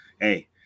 hey